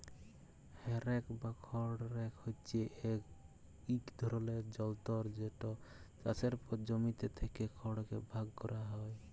হে rake বা খড় rake হছে ইক ধরলের যলতর যেট চাষের পর জমিতে থ্যাকা খড়কে ভাগ ক্যরা হ্যয়